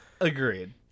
Agreed